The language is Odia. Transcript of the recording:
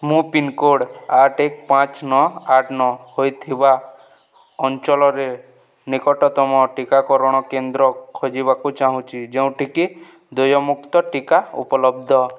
ମୁଁ ପିନ୍କୋଡ଼୍ ଆଠ ଏକ ପାଞ୍ଚ ନଅ ଆଠ ନଅ ହେଇଥିବା ଅଞ୍ଚଳରେ ନିକଟତମ ଟିକାକରଣ କେନ୍ଦ୍ର ଖୋଜିବାକୁ ଚାହୁଁଛି ଯେଉଁଠି କି ଦେୟମୁକ୍ତ ଟିକା ଉପଲବ୍ଧ